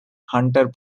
hunter